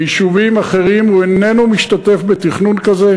ביישובים אחרים הוא איננו משתתף בתכנון כזה.